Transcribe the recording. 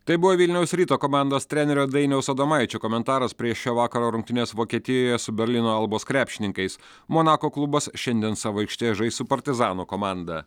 tai buvo vilniaus ryto komandos trenerio dainiaus adomaičio komentaras prieš šio vakaro rungtynes vokietijoje su berlyno albos krepšininkais monako klubas šiandien savo aikštėje žais su partizano komanda